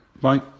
bye